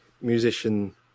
musician